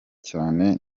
cyane